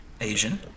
Asian